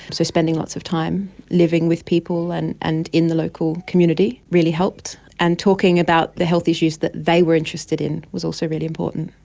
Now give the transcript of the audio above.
so spending lots of time living with people and and in the local community really helped. and talking about the health issues that they were interested in was also really important.